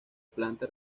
planta